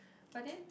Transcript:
but then